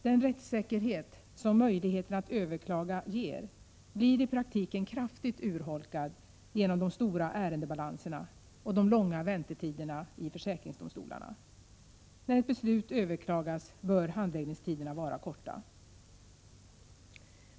Den rättssäkerhet som möjligheten att överklaga ger blir i praktiken kraftigt urholkad genom de stora ärendebalanserna och de långa väntetiderna i försäkringsdomstolarna. När beslut överklagas, bör handläggningstiderna vara korta.